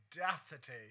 audacity